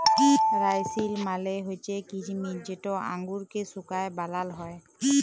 রাইসিল মালে হছে কিছমিছ যেট আঙুরকে শুঁকায় বালাল হ্যয়